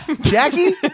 Jackie